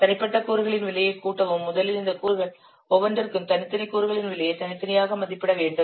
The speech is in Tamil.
தனிப்பட்ட கூறுகளின் விலையைச் கூட்டவும் முதலில் இந்த கூறுகள் ஒவ்வொன்றிற்கும் தனித்தனி கூறுகளின் விலையை தனித்தனியாக மதிப்பிட வேண்டும்